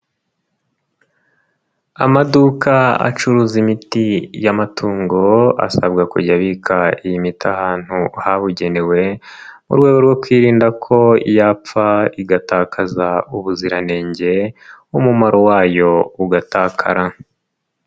Amaduka acuruza imiti y'amatungo asabwa kujya abika imiti ahantu habugenewe mu rwego rwo kwirinda ko yapfa igatakaza ubuziranenge, umumaro wayo ugatakara.